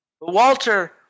Walter